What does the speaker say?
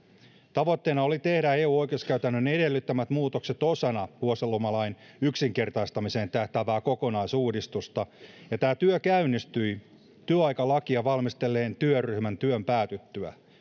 tavoitteena oli tehdä eu oikeuskäytännön edellyttämät muutokset osana vuosilomalain yksinkertaistamiseen tähtäävää kokonaisuudistusta ja tämä työ käynnistyi työaikalakia valmistelleen työryhmän työn päätyttyä